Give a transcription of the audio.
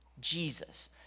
Jesus